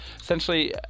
Essentially